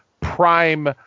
prime